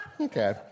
Okay